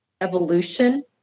evolution